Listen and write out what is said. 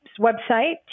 website